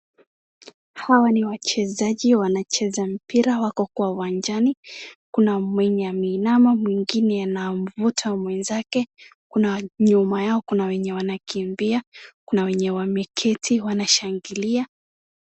Hawa ni wachezaji wanacheza mpira wako kwa uwanjani kuna mwenye ameinama mwingine anamvuta mwenzake nyuma yao kuna wenye wanakimbia kuna wenye wameketi wanashangilia.